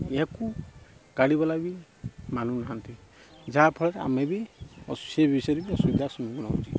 ଏହାକୁ ଗାଡ଼ିବାଲା ବି ମାନୁନାହାଁନ୍ତି ଯାହାଫଳରେ ଆମେ ବି ଆଉ ସେ ବି ସେ ବି ଅସୁବିଧାର ସମ୍ମୁଖୀନ ହେଉଛି